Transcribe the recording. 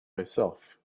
myself